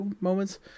moments